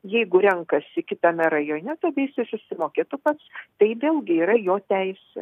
jeigu renkasi kitame rajone tai visa susimokėtų pats tai vėlgi yra jo teisė